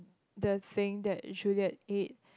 the thing that should get it